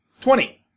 Twenty